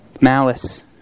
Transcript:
Malice